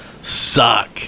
suck